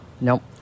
nope